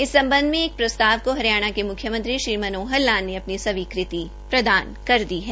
इस सम्बन्ध में एक प्रस्ताव को हरियाणा के मुख्यमंत्री श्री मनोहर लाल ने अपनी स्वीकृति प्रदान कर दी है